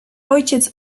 ojciec